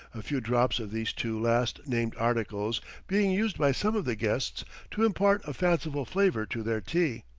a few drops of these two last-named articles being used by some of the guests to impart a fanciful flavor to their tea.